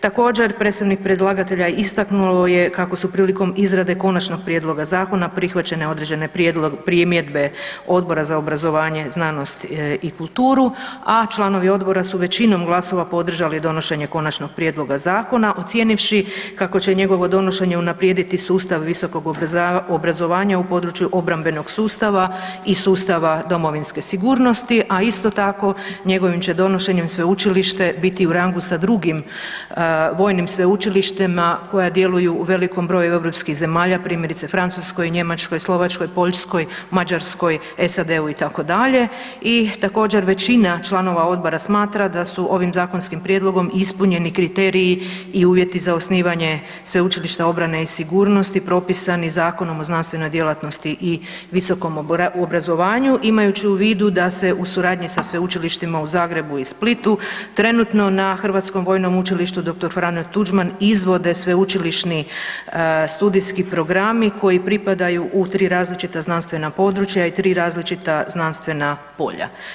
Također, predstavnik predlagatelja istaknuo je kako su prilikom izrade konačnog prijedloga zakona određene primjedbe Odbora za obrazovanje, znanost i kulturu, a članovi Odbora su većinom glasova podržali donošenje konačnog prijedloga zakona ocijenivši kako će njegovo donošenje unaprijediti sustava visokog obrazovanja u području obrambenog sustava i sustava domovinske sigurnosti, a isto tako, njegovim će donošenjem Sveučilište biti u rangu sa drugim vojnim sveučilištima koji djeluju u velikom broju europskih zemalja, primjerice, Francuskoj, Njemačkoj, Slovačkoj, Poljskom, Mađarskoj, SAD-u, itd. i također, većina članova Odbora smatra da su ovim zakonskim prijedlogom ispunjeni kriteriji i uvjeti za osnivanje Sveučilišta obrane i sigurnosti propisani Zakonom o znanstvenoj djelatnosti i visokom obrazovanju, imajući u vidu da se u suradnji sa sveučilištima u Zagrebu i Splitu trenutno na Hrvatskom vojnom učilištu dr. Franjo Tuđman izvode sveučilišni studijski programi koji pripadaju u tri različita znanstvena područja i 3 različita znanstvena polja.